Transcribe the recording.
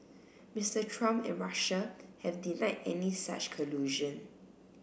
Mister Trump and Russia have denied any such collusion